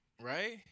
right